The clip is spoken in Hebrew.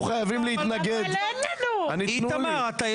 שביקשנו לגביהם חוות דעת של הייעוץ המשפטי.